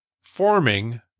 forming